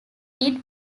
eight